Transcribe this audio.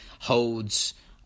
holds